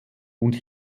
und